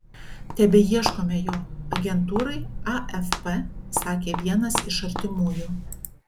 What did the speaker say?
tebeieškome jo agentūrai afp sakė vienas iš artimųjų